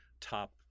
top